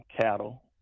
cattle